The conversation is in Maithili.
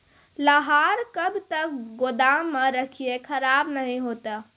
लहार कब तक गुदाम मे रखिए खराब नहीं होता?